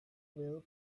will